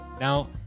Now